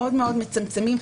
מאוד מצמצמים.